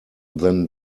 than